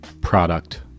product